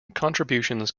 contributions